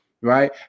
right